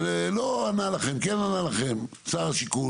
לא ענה לכם, כן ענה לכם, שר השיכון?